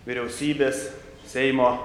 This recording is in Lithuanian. vyriausybės seimo